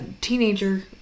teenager